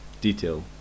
detail